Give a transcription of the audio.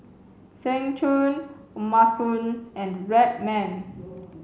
Seng Choon O'ma Spoon and Red Man